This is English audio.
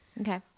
Okay